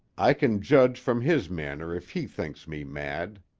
i can judge from his manner if he thinks me mad.